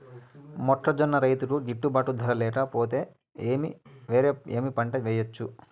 మొక్కజొన్న రైతుకు గిట్టుబాటు ధర లేక పోతే, వేరే ఏమి పంట వెయ్యొచ్చు?